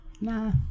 nah